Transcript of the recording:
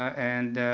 and,